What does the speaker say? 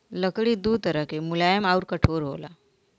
लकड़ी दू तरह के मुलायम आउर कठोर होला